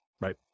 right